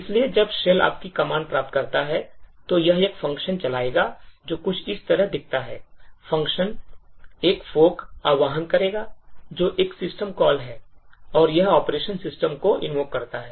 इसलिए जब shell आपकी कमांड प्राप्त करता है तो यह एक function चलाएगा जो कुछ इस तरह दिखता है function एक fork आह्वान करेगा जो एक सिस्टम कॉल है और यह operation system को invoke करता है